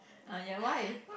err ya why